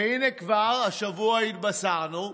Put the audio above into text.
והינה, כבר השבוע התבשרנו,